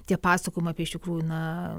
tie pasakojimai apie iš tikrųjų na